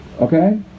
okay